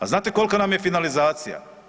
A znate koliko nam je finalizacija?